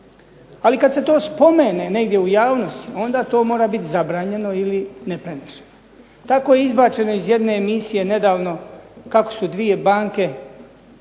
ali kada se to spomene negdje u javnosti onda to mora biti zabranjeno ili ... Tako je izbačeno iz jedne emisije nedavno kako su dvije banke